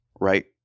right